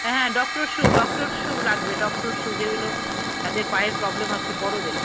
হ্যাঁ হ্যাঁ doctor shoe doctor shoe লাগবে ডক্টর শ্যু যেগুলো যাদের পায়ে প্রবলেম আছে বড়োদের